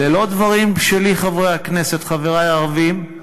אלה לא דברים שלי, חברי הכנסת, חברי הערבים,